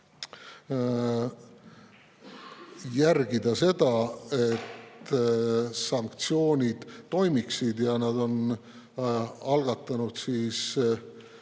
jälgida seda, et sanktsioonid toimiksid. Ja nad on algatanud eriti